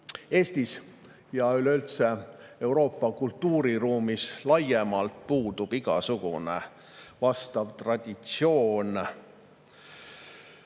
Eestis ja Euroopa kultuuriruumis laiemalt puudub igasugune vastav traditsioon